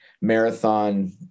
marathon